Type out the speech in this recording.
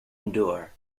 endure